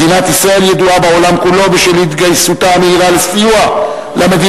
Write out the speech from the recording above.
מדינת ישראל ידועה בעולם כולו בשל התגייסותה המהירה לסיוע למדינות